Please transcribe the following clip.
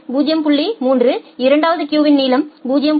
3 இரண்டாவது கியூவின் நீளம் 0